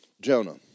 Jonah